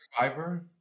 Survivor